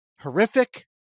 horrific